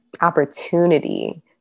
opportunity